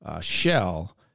shell